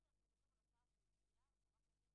בוקר טוב לכולם.